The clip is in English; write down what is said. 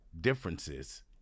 differences